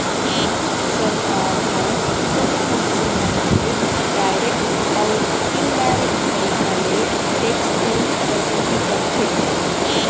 सरकार ह कोनो मनसे मन ले डारेक्ट अउ इनडारेक्ट तरीका ले टेक्स के वसूली करथे